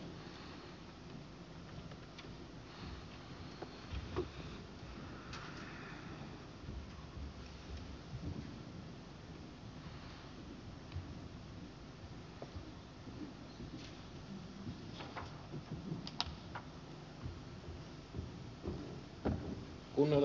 kunnioitettu puhemies